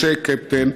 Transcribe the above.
משה קפטן,